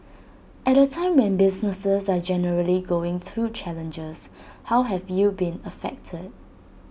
at A time when businesses are generally going through challenges how have you been affected